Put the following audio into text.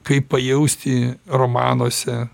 kaip pajausti romanuose